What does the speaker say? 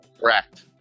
correct